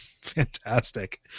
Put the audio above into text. fantastic